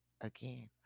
again